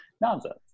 nonsense